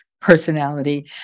personality